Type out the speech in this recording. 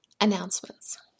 Announcements